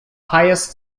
highest